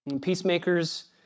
peacemakers